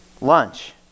lunch